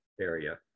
area